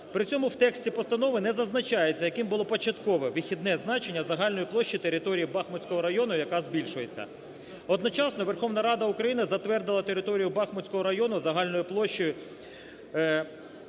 При цьому в тексті постанови не зазначається яким було початкове вихідне значення загальної площі території Бахмутського району, яка збільшується. Одночасно Верховна Рада України затвердила територію Бахмутського району загальною площею